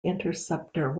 interceptor